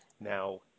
Now